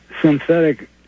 synthetic